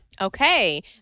Okay